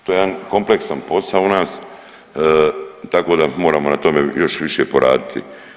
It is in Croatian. To je jedan kompleksan posao u nas, tako da moramo na tome još više poraditi.